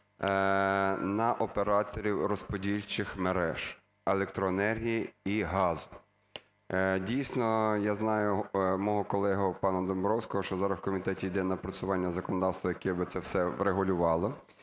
на операторів розподільчих мереж електроенергії і газу. Дійсно, я знаю мого колегу пана Домбровського, що зараз в комітеті йде напрацювання законодавства, яке би це все врегулювало.